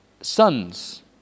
sons